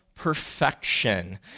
perfection